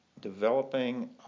developing